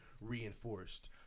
reinforced